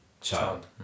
child